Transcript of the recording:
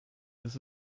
this